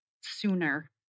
sooner